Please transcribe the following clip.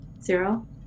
Zero